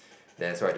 that's why I just